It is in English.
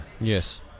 Yes